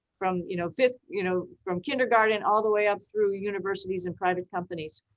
from you know you know from kindergarten all the way up through universities and private companies.